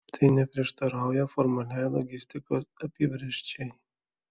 tai neprieštarauja formaliai logistikos apibrėžčiai